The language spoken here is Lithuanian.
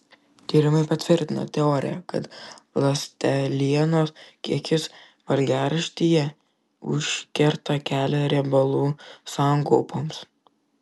tyrimai patvirtina teoriją kad ląstelienos kiekis valgiaraštyje užkerta kelią riebalų sankaupoms